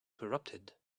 corrupted